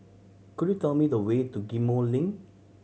could you tell me the way to Ghim Moh Link